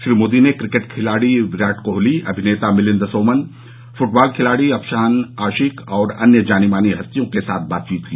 श्री मोदी ने क्रिकेट खिलाड़ी विराट कोहली अभिनेता मिलिंद सोमन फुटबाल खिलाड़ी अफशान आशिक और अन्य जानी मानी हस्तियों के साथ बातचीत की